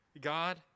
God